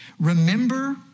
Remember